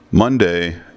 Monday